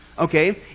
okay